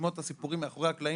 לשמוע את הסיפורים מאחורי הקלעים,